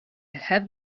have